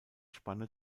spanne